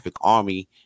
army